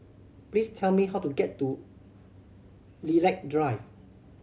please tell me how to get to Lilac Drive